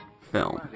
film